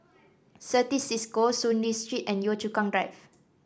Certis Cisco Soon Lee Street and Yio Chu Kang Drive